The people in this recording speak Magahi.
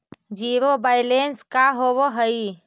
जिरो बैलेंस का होव हइ?